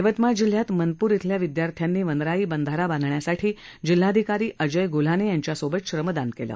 यवतमाळ जिल्ह्यात मनपूर इथल्या विदयार्थ्यांनी वनराई बंधारा बांधण्यासाठी जिल्हाधिकारी अजय गुल्हाने यांच्यासोबत श्रमदान केलं